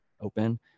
open